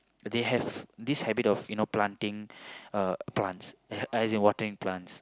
they have this habit of you know planting uh plants as in watering plants